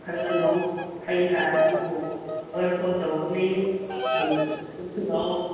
ꯈꯟꯒꯅꯨ ꯑꯩꯅ ꯅꯪꯕꯨ ꯋꯦꯜꯀꯝ ꯇꯧꯒꯅꯤ ꯎꯝ ꯆꯪꯁꯤꯜꯂꯛꯑꯣ